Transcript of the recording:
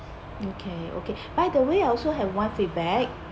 okay okay by the way I also have one feedback